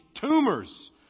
tumors